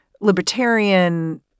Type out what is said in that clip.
libertarian